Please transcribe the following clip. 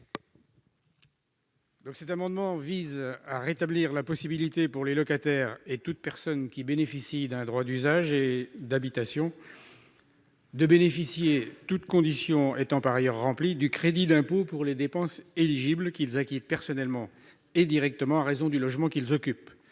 Cet amendement vise à rétablir la possibilité, pour les locataires et toute personne bénéficiant d'un droit d'usage et d'habitation, de bénéficier, toutes conditions remplies par ailleurs, du crédit d'impôt pour les dépenses éligibles qu'ils acquittent personnellement et directement à raison du logement qu'ils occupent.